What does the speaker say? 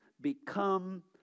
become